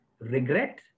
regret